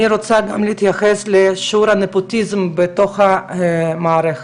אני רוצה גם להתייחס לשיעור הנפוטיזם בתוך המערכת.